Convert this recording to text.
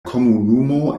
komunumo